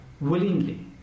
willingly